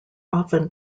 often